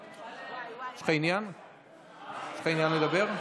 יש לך עניין לדבר?